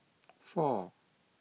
four